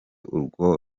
urwo